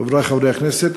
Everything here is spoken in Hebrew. חברי חברי הכנסת,